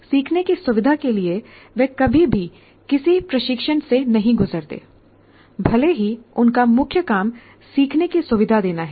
सीखने की सुविधा के लिए वे कभी भी किसी प्रशिक्षण से नहीं गुजरते भले ही उनका मुख्य काम सीखने की सुविधा देना है